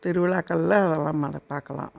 திருவிழாக்களில் அதெல்லாம் பார்க்கலாம்